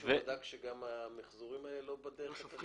מישהו בדק שגם המחזורים האלה לא בדרך --?